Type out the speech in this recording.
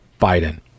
Biden